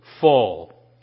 fall